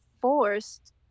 forced